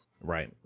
Right